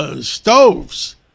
stoves